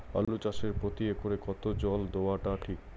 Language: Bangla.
আলু চাষে প্রতি একরে কতো জল দেওয়া টা ঠিক?